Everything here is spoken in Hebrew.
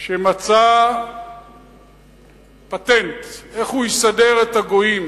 שמצא פטנט איך הוא יסדר את הגויים,